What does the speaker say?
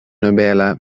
nobela